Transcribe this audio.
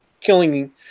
killing